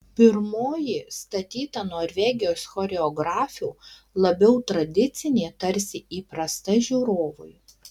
pirmoji statyta norvegijos choreografių labiau tradicinė tarsi įprasta žiūrovui